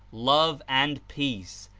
love and peace,